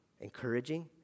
encouraging